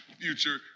future